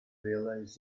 realise